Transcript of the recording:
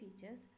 features